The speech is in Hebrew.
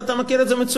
אתה מכיר את זה מצוין,